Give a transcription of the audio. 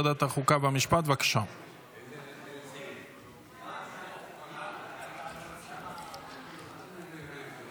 ותחזור לדיון בוועדת הפנים והגנת הסביבה לצורך הכנתה לקריאה השנייה